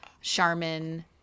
Charmin